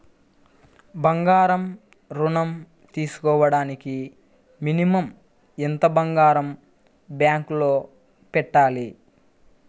బంగారం ఋణం తీసుకోవడానికి మినిమం ఎంత బంగారం బ్యాంకులో పెట్టాలి?